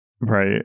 right